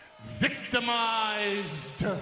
victimized